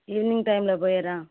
evening టైంలో పోయరా